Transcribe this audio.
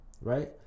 right